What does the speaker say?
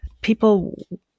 People